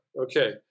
Okay